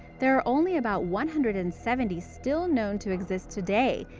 there are only about one hundred and seventy still known to exist today,